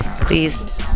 please